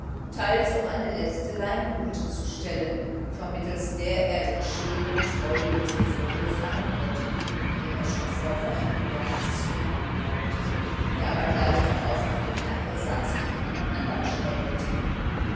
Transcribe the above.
teils um eine letzte leimrute zu stellen vermittels der er den schönen treulosen vogel fangen wollte den er schon vor wochen in der hand zu haben glaubte der aber gleich darauf auf dem dache saß und mit einem andern schnäbelte